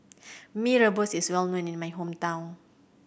Mee Rebus is well known in my hometown